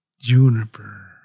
Juniper